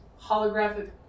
holographic